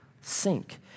sink